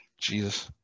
Jesus